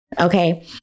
Okay